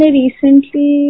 recently